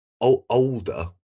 older